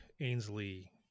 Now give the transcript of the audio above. Ainsley